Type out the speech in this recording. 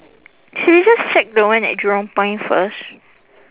should we just check the one at jurong point first